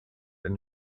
and